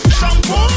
shampoo